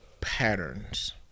patterns